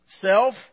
self